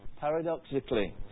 paradoxically